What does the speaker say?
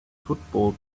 football